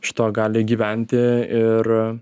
iš to gali gyventi ir